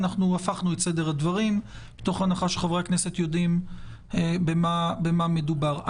אנחנו הפכנו את סדר הדברים מתוך הנחה שחברי הכנסת יודעים במה מדובר.